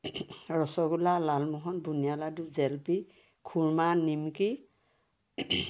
ৰসগোল্লা লালমোহন বুন্দিয়া লাডু জেলেপি খুৰ্মা নিমকি